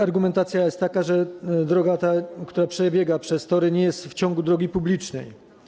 Argumentacja jest taka, że droga, która przebiega przez tory, nie jest w ciągu drogi publicznej.